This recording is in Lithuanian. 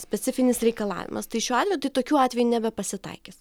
specifinis reikalavimas tai šiuo atveju tai tokių atvejų nebepasitaikys